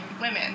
women